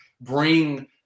bring